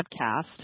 podcast